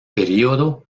período